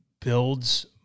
builds